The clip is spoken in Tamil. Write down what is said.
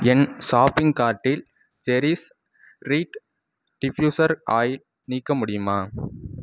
என் ஷாப்பிங் கார்ட்டில் ஐரிஸ் ரீட் டிஃப்யூசர் ஆயில் நீக்க முடியுமா